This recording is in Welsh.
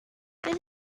bydd